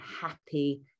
happy